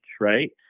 Right